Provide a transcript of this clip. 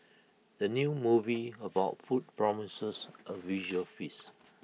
the new movie about food promises A visual feast